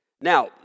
Now